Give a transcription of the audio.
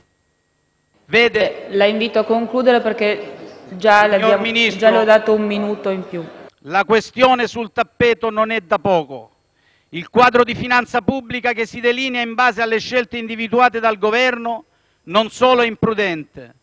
la questione sul tappeto non è da poco. Il quadro di finanza pubblica che si delinea in base alle scelte individuate dal Governo non solo è imprudente,